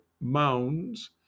mounds